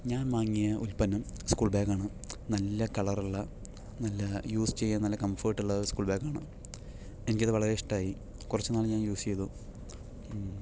ഞാൻ വാങ്ങിയ ഉൽപ്പന്നം സ്കൂൾ ബേഗാണ് നല്ല കളറുള്ള നല്ല യൂസ് ചെയ്യാൻ നല്ല കംഫേർട്ടുള്ള സ്കൂൾ ബാഗാണ് എനിക്കത് വളരെ ഇഷ്ടാമായി കുറച്ച് നാള് ഞാൻ യൂസ് ചെയ്തു